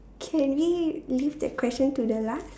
can we leave that question to the last